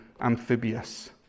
amphibious